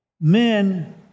men